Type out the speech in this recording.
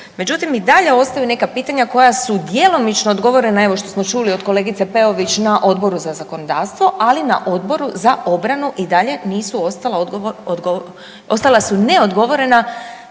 međutim i dalje ostaju neka pitanja koja su djelomično odgovorena, evo što smo čuli od kolegice Peović na Odboru za zakonodavstvu, ali na Odboru na obranu i dalje nisu ostala, ostala su neodgovorena